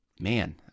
man